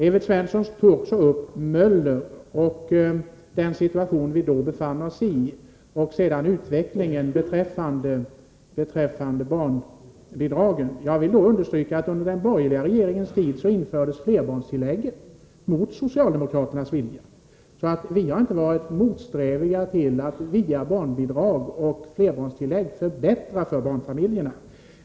Evert Svensson tog också upp Möller och den situation som vi då befann oss i samt utvecklingen beträffande barnbidragen. Jag vill understryka att under de borgerliga regeringarnas tid flerbarnstillägget infördes mot socialdemokraternas vilja. Vi har inte varit motståndare till att via barnbidrag och flerbarnstillägg förbättra för barnfamiljerna.